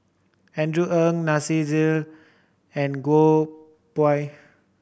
Andrew Ang Nasir Jalil and Goh Pui